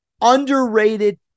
underrated